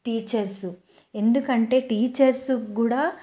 teachers ఎందుకంటే teachers కూడా